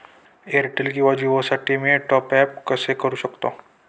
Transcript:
Airtel किंवा जिओसाठी मी टॉप ॲप कसे करु शकतो?